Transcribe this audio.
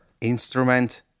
instrument